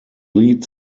lead